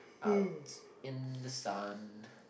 out in the sun